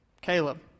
Caleb